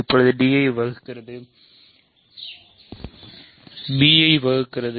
இப்போது d ஐப் வகுக்கிறது b ஐப் வகுக்காது